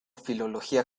filología